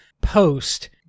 post